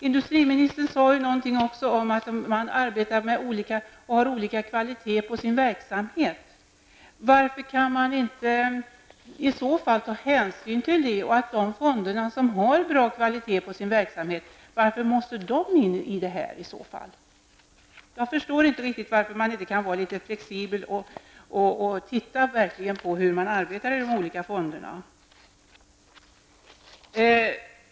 Industriministern talade också om att fonderna hade olika kvalitet på sin verksamhet. Varför kan man i så fall inte ta hänsyn till detta? Varför måste de fonder som har bra kvalitet på sin verksamhet in i detta system? Jag förstår inte riktigt varför man inte kan vara litet flexibel och se till hur man arbetar i de olika fonderna.